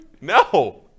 No